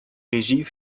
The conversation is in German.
regie